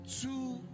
two